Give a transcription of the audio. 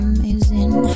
Amazing